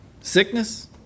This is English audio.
sickness